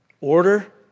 Order